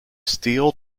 steel